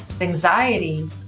Anxiety